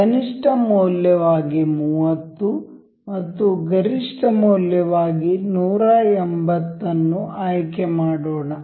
ಕನಿಷ್ಠ ಮೌಲ್ಯವಾಗಿ 30 ಮತ್ತು ಗರಿಷ್ಠ ಮೌಲ್ಯವಾಗಿ 180 ಅನ್ನು ಆಯ್ಕೆ ಮಾಡೋಣ